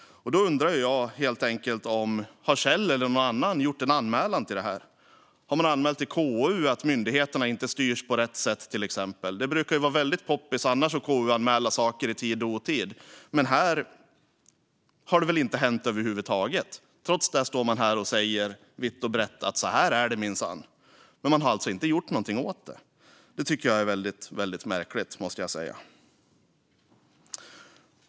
Då undrar jag helt enkelt: Har Kjell eller någon annan gjort en anmälan om detta? Har man till exempel anmält till KU att myndigheterna inte styrs på rätt sätt? Det brukar annars vara väldigt poppis att KU-anmäla saker i tid och otid, men här har det väl inte hänt över huvud taget? Trots det står man här och talar vitt och brett om att det minsann är på det här viset. Men man har alltså inte gjort någonting åt det. Det tycker jag är väldigt märkligt, måste jag säga.